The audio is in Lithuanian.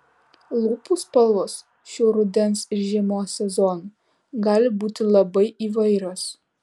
lūpų spalvos šiuo rudens ir žiemos sezonu gali būti labai įvairios